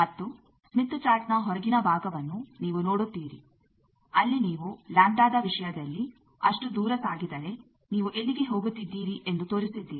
ಮತ್ತು ಸ್ಮಿತ್ ಚಾರ್ಟ್ನ ಹೊರಗಿನ ಭಾಗವನ್ನು ನೀವು ನೋಡುತ್ತೀರಿ ಅಲ್ಲಿ ನೀವು ಲ್ಯಾಂಬ್ಡದ ವಿಷಯದಲ್ಲಿ ಅಷ್ಟು ದೂರ ಸಾಗಿದರೆ ನೀವು ಎಲ್ಲಿಗೆ ಹೋಗುತ್ತಿದ್ದೀರಿ ಎಂದು ತೋರಿಸಿದ್ದೀರಿ